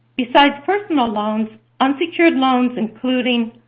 besides personal loans, unsecured loans include and